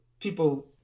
people